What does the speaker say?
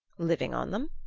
living on them?